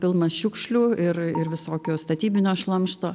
pilnas šiukšlių ir ir visokio statybinio šlamšto